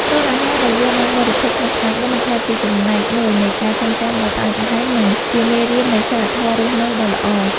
រាល់អាហារដែលយើងបានបរិភោគក្នុងថ្ងៃបុណ្យ នឹងក្លាយជាចំណែកមួយនៃការចងចាំដ៏ផ្អែមល្ហែម និងជាមេរៀននៃសីលធម៌រស់នៅដ៏ល្អ។